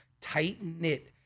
tight-knit